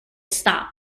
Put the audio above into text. stop